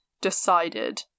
decided